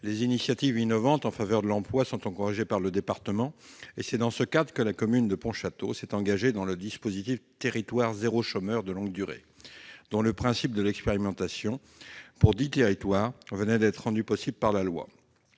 Les initiatives innovantes en faveur de l'emploi sont encouragées par le département. C'est dans ce cadre que la commune de Pontchâteau s'est engagée dans le dispositif « Territoires zéro chômeur de longue durée », dont le principe de l'expérimentation pour dix territoires venait d'être rendu possible par la loi.